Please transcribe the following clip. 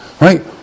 right